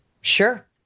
sure